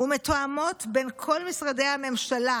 ומתואמות בין כל משרדי הממשלה"